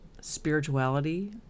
spirituality